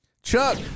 Chuck